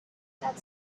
that